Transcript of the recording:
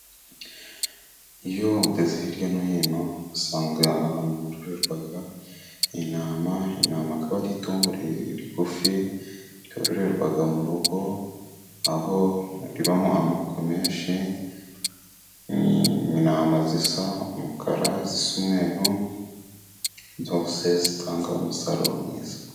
Iyo ugeze hirya no hino usanga ahantu hororerwa intama. Intama akaba ari itungo rigufi ryororerwa mu rugo, aho ribamo amoko menshi. Intama zisa umukara, izisa umweru, zose zitanga umusaruro mwiza.